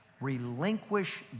relinquish